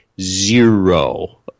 zero